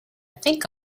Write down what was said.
think